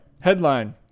Headline